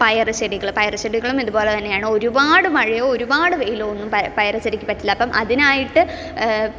പയർ ചെടികൾ പയർ ചെടികളും ഇതുപോലെ തന്നെയാണ് ഒരുപാട് മഴയോ ഒരുപാട് വെയിലോ ഒന്നും പയർ ചെടിക്ക് പറ്റില്ല അപ്പം അതിനായിട്ട്